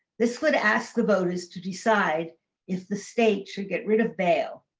this would ask the voters to decide if the state should get rid of bail.